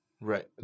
right